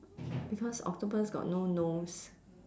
because octopus got no nose